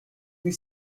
were